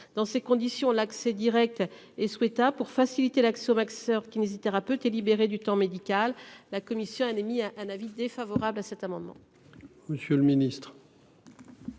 Dans ces conditions l'accès Direct et souhaitables pour faciliter l'accès au vaccin certes kinésithérapeute et libérer du temps médical la Commission émis un avis défavorable à cet amendement.